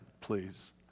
please